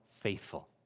faithful